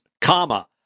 comma